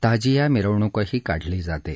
ताजिया मिरवणूकही काढली जाते